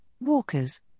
Walkers